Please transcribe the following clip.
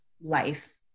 life